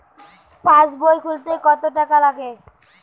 পাশবই খুলতে কতো টাকা লাগে?